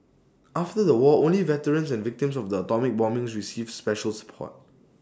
after the war only veterans and victims of the atomic bombings received special support